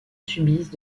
subissent